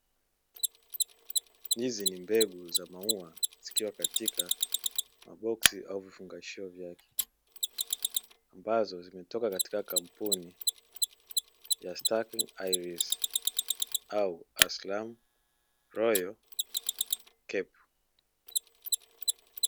Hizi ni mbegu za maua zikiwa katika maboksi au vifungashio vyake, ambazo zimetoka katika kampuni ya "stacking iris" au "aslam royal cape".